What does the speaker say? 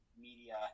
media